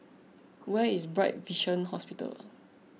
where is Bright Vision Hospital